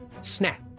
Snap